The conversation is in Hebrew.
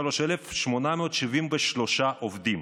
43,873 עובדים,